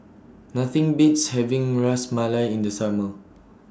Nothing Beats having Ras Malai in The Summer